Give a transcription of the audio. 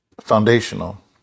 foundational